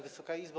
Wysoka Izbo!